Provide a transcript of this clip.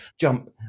jump